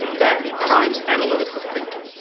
that primes analytical thinking.